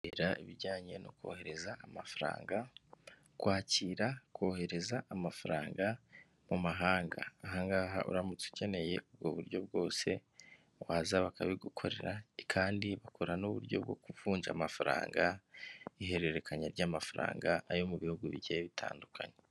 Ibijyanye no kohereza amafaranga kwakira kohereza amafaranga mu mahanga ahangaha uramutse ukeneye ubwo buryo bwose waza bakabigukorera kandi bakora n'uburyo bwo kuvunja amafaranga y'ihererekanya ry'amafaranga ayo mu bihugu bigiye bitandukanye